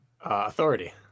authority